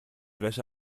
wäsche